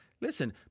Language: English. Listen